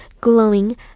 glowing